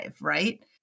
right